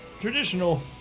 traditional